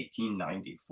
1894